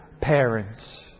parents